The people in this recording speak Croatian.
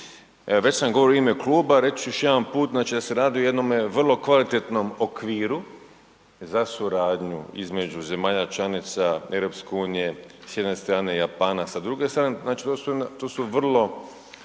Već sam govorio u ime kluba, reći ću još jedan put. Znači radi se o jednom vrlo kvalitetnom okviru za suradnju između zemlja članica EU s jedne strane i Japana s druge strane, znači to su vrlo